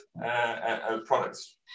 products